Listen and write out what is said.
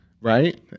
Right